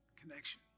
connection